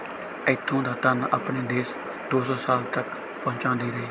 ਇੱਥੋਂ ਦਾ ਧਨ ਆਪਣੇ ਦੇਸ਼ ਦੋ ਸੌ ਸਾਲ ਤੱਕ ਪਹੁੰਚਾਉਂਦੀ ਰਹੀ